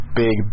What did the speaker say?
big